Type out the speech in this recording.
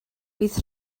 bydd